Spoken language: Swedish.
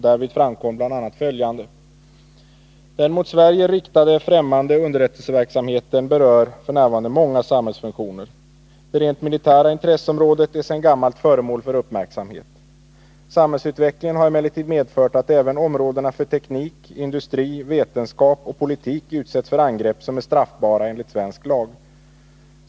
Därvid framkom bl.a. följande: Den mot Sverige riktade främmande underrättelseverksamheten berör f. n. många samhällsfunktioner. Det rent militära intresseområdet är sedan gammalt föremål för uppmärksamhet. Samhällsutvecklingen har emellertid medfört att även områdena för teknik, industri, vetenskap och politik utsätts för angrepp som är straffbara enligt svensk lag.